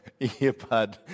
earbud